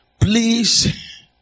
Please